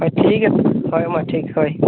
ᱦᱳᱭ ᱴᱷᱤᱠ ᱜᱮᱭᱟ ᱦᱳᱭ ᱢᱟ ᱴᱷᱤᱠ ᱦᱳᱭ